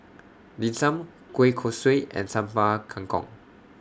Dim Sum Kueh Kosui and Sambal Kangkong